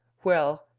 well,